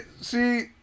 see